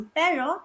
pero